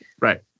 Right